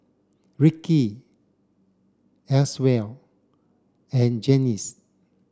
Ricky Eswell and Janis